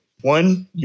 one